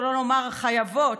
שלא לומר חייבות,